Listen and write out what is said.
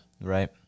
Right